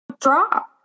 Drop